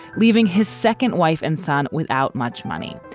leaving his second wife and son without much money.